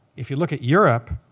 if you look at europe,